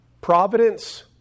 providence